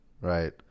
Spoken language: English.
right